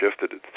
shifted